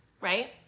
right